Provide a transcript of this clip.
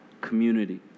community